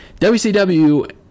WCW